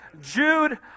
Jude